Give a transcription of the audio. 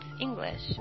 English